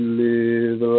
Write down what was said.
live